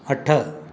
अठ